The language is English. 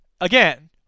again